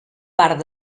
part